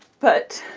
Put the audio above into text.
but